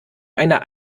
einer